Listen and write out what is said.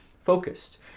focused